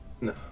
No